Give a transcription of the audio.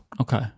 Okay